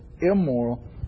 immoral